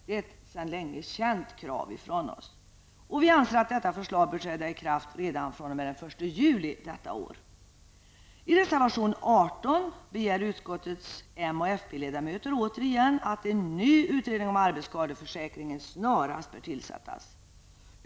Det är ett sedan länge känt krav från oss. Vi anser att detta förslag bör träda i kraft fr.o.m. den 1 juli detta år. I reservation 18 begär utskottets m och fpledamöter återigen att en ny utredning om arbetsskadeförsäkringen tillsätts snarast.